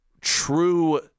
true